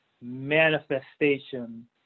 manifestation